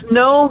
no